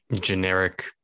generic